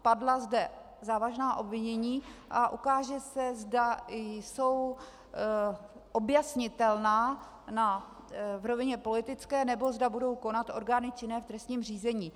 Padla zde závažná obvinění a ukáže se, zda jsou objasnitelná v rovině politické, nebo zda budou konat orgány činné v trestním řízení.